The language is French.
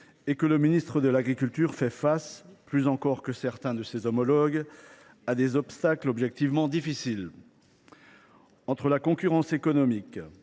et que le ministre de l’agriculture fait face, plus encore que certains de ses collègues, à des obstacles objectivement difficiles. Entre la concurrence économique,